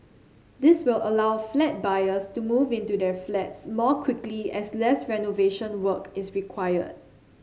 this will allow flat buyers to move into their flats more quickly as less renovation work is required